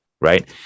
Right